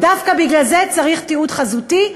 דווקא בגלל זה צריך תיעוד חזותי,